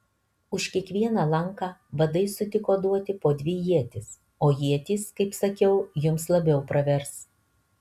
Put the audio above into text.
už kiekvieną lanką vadai sutiko duoti po dvi ietis o ietys kaip sakiau jums labiau pravers